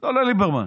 לא לליברמן,